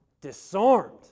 disarmed